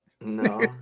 No